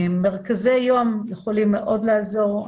מרכזי יום יכולים מאוד לעזור.